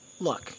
Look